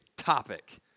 topic